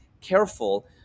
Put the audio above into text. careful